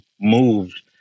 moved